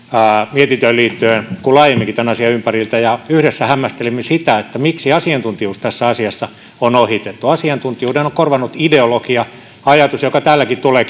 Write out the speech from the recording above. mietintöön liittyen kuin laajemminkin tämän asian ympäriltä ja yhdessä hämmästelimme sitä miksi asiantuntijuus tässä asiassa on ohitettu asiantuntijuuden on on korvannut ideologia ajatus joka täälläkin tulee